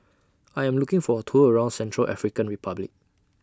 I Am looking For A Tour around Central African Republic